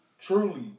truly